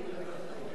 אינו נוכח